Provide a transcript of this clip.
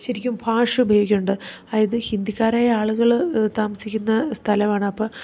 ശരിക്കും ഭാഷ ഉപയോഗിക്കേണ്ട അതായത് ഹിന്ദിക്കാരായ ആളുകൾ താമസിക്കുന്ന സ്ഥലമാണ് അപ്പം